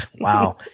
Wow